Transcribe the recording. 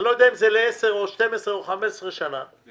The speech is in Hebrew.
אני לא יודע אם זה ל-10, 12 או 15 שנה --- ל-20.